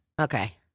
Okay